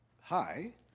hi